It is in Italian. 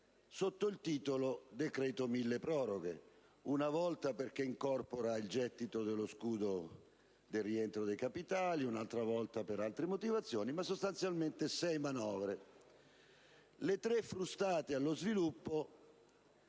sotto il titolo "decreto milleproroghe": una volta perché si incorporava il gettito dello scudo del rientro dei capitali, un'altra volta per altre motivazioni; ma sostanzialmente si è trattato di sei manovre. Le tre frustate allo sviluppo